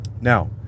Now